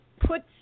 puts